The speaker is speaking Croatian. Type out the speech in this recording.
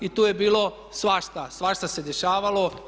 I tu je bilo svašta, svašta se dešavalo.